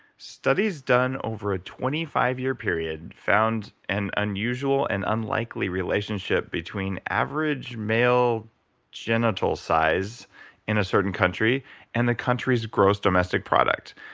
studies done over a twenty five year period found an unusual and unlikely relationship between average male genital size in a certain country and the country's gross domestic product.